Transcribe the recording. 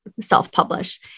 self-publish